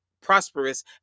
prosperous